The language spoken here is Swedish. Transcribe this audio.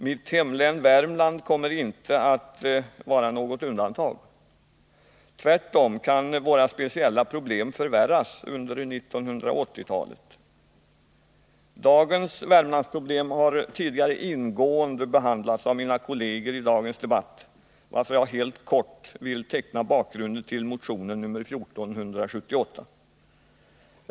Mitt hemlän Värmland kommer inte att vara något undantag. Tvärtom kan våra speciella problem förvärras under 1980 talet. Dagens Värmlandsproblem har ingående behandlats av mina kolleger tidigare i dagens debatt, varför jag helt kort vill teckna bakgrunden till motion 1478.